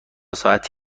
ساعت